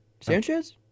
Sanchez